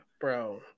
Bro